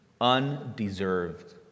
Undeserved